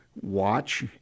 watch